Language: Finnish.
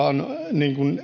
on